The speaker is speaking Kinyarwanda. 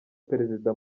perezida